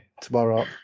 tomorrow